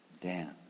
Dan